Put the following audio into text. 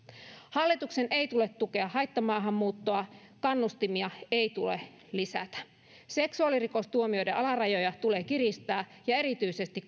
hallituksen ei tule tukea haittamaahanmuuttoa kannustimia ei tule lisätä seksuaalirikostuomioiden alarajoja tulee kiristää erityisesti